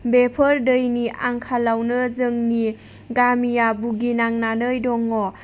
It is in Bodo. बेफोर दैनि आंखालावनो जोंनि गामिया भुगिनांनानै दङ